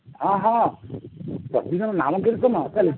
ହଁ ହଁ ପ୍ରତିଦିନ ନାମକୀର୍ତ୍ତନ ଚାଲୁ